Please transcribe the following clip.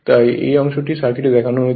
তাই এই অংশটি এখানে সার্কিটে দেখানো হয়েছে